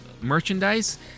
merchandise